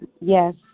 yes